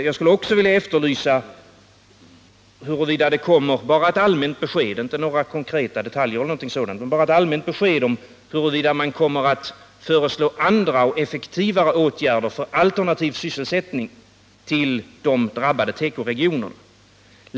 Jag vill också efterhöra huruvida det enbart skall komma ett allmänt besked utan konkreta detaljer och huruvida man kommer att föreslå andra och effektivare åtgärder för alternativ sysselsättning till de drabbade tekoregionerna.